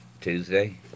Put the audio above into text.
Tuesday